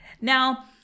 Now